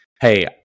hey